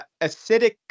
acidic